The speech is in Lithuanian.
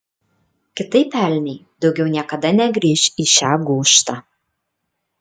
kitaip elniai daugiau niekada negrįš į šią gūžtą